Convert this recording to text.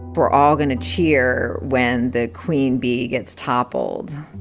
we're all going to cheer when the queen bee gets toppled.